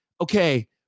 okay